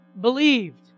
believed